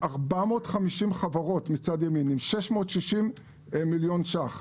450 חברות עם 660 מיליון שקלים.